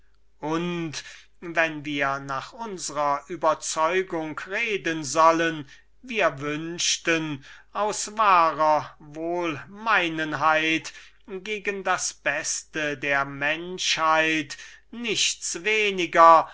tunlich und wenn wir nach unsrer überzeugung reden sollen wir wünschten aus wahrer wohlmeinenheit gegen das allgemeine system nichts weniger